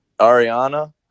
Ariana